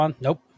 Nope